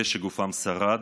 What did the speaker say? אלה שגופם שרד,